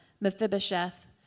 Mephibosheth